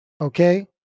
Okay